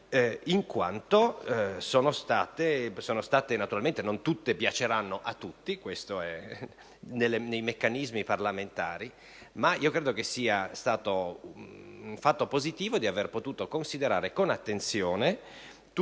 anche importanti; naturalmente non tutte piaceranno a tutti, questo è nei meccanismi parlamentari, ma credo che sia stato un fatto positivo aver potuto considerare con attenzione tutte le